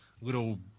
little